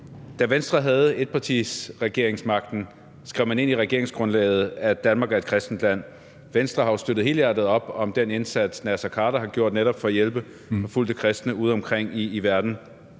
Da Venstre havde etpartiregeringsmagten, skrev man ind i regeringsgrundlaget, at Danmark er et kristent land. Venstre har jo støttet helhjertet op om den indsats, Naser Khader har gjort for netop at hjælpe forfulgte kristne ude omkring i verden,